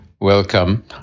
Welcome